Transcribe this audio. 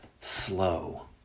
slow